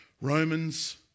Romans